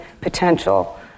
potential